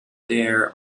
there